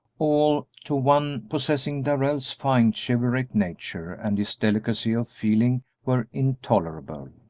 all to one possessing darrell's fine chivalric nature and his delicacy of feeling were intolerable.